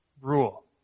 rule